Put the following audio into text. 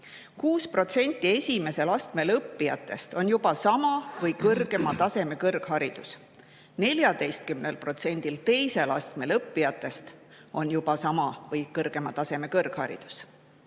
6%‑l esimesel astmel õppijatest on juba sama või kõrgema taseme kõrgharidus, 14%‑l teisel astmel õppijatest on juba sama või kõrgema taseme kõrgharidus.